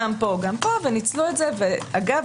אגב,